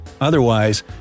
Otherwise